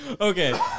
Okay